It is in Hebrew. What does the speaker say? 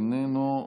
איננו,